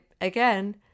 again